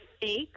fake